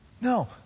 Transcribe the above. No